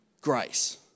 grace